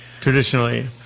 traditionally